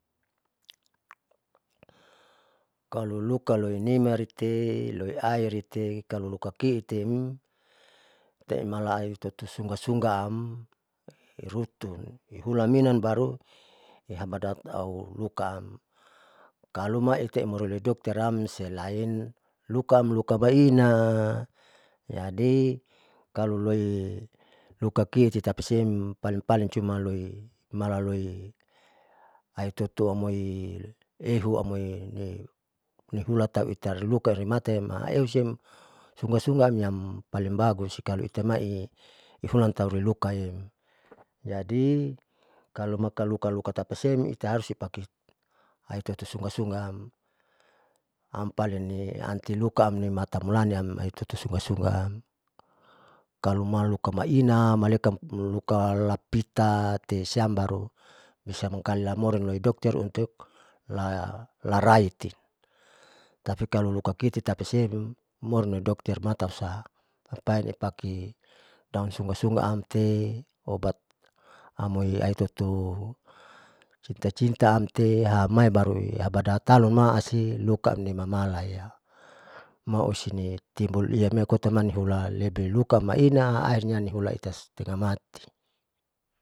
Kalo luka loinima rekee loiairitakalo luka kiitemnuma itaem mala alitati sunga sunga am irutun, hulaminan baru ihabadat aunuma siam, kalo maite imoto loidokteram siula ahen lukaam luka maina, jadi kalo loi luka kiti tatisiem paling paling cuma loi malaloi aitutu amoi ihu amoy ihulan tahu itariluma utari matayam aueuem sunga sunga ampaling bagus kalo itamai ihulan tahu irukaem, jadi kalo maka luka luka tapasiem itaharus tipaki aitoto sunga sungaam am palin nianti lukaam mata mulaniam aitutu sunga sunga am kalu maluka maina malekan niluka lapita tesiam baru lisiam lamangkali lamorin loi dokter untuk la laraiti, tapi kalo luka kiiti tapasiam moin loidokter matausa palin nipaki daun sunga sunga amte obat amoi aitoto cinta cinta amte hamai baruidapat talun maasi lukaam nimamalaya maosine timbul iyame kotamanihula loluka maina ahirnya niula ita setengah mati.